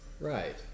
Right